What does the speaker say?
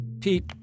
Pete